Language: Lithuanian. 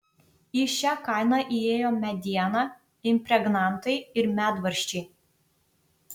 į šią kainą įėjo mediena impregnantai ir medvaržčiai